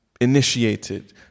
initiated